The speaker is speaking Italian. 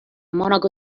monaco